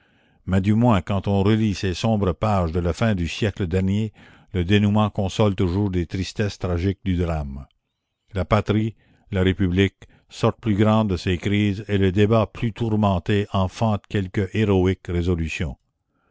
mais du moins quand on la commune relit ces sombres pages de la fin du siècle dernier le dénouement console toujours des tristesses tragiques du drame la patrie la république sortent plus grandes de ces crises et le débat plus tourmenté enfante quelque héroïque résolution